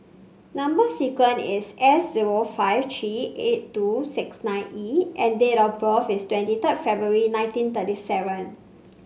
number sequence is S zero five three eight two six nine E and date of birth is twenty third February nineteen thirty seven